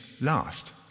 last